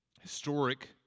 historic